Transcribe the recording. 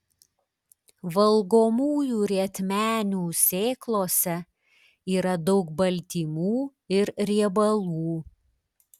valgomųjų rietmenių sėklose yra daug baltymų ir riebalų